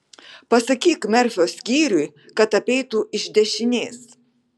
pasakyk merfio skyriui kad apeitų iš dešinės